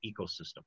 ecosystem